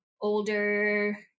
older